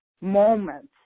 moments